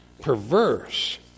Perverse